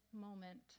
moment